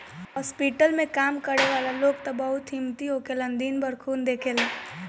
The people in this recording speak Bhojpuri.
हॉस्पिटल में काम करे वाला लोग त बहुत हिम्मती होखेलन दिन भर खून देखेले